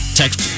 text